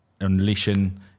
unleashing